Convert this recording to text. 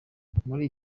muri